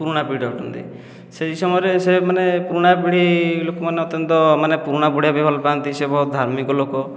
ପୁରୁଣା ପିଢ଼ିର ଅଟନ୍ତି ସେହି ସମୟରେ ସେ ମାନେ ପୁରୁଣା ପିଢ଼ି ଲୋକମାନଙ୍କ ଅତ୍ୟନ୍ତ ମାନେ ପୁରାଣ ପଢ଼ିବା ପାଇଁ ଭଲ ପାଆନ୍ତି ସେ ବହୁତ ଧାର୍ମିକ ଲୋକ